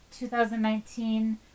2019